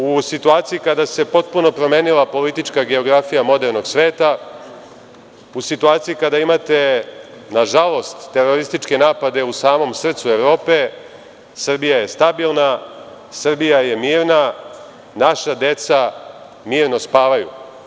U situaciji kada se potpuno promenila politička geografija modernog sveta, u situaciji kada imate, nažalost, terorističke napade u samom srcu Evrope, Srbija je stabilna, Srbija je mirna, naša deca mirno spavaju.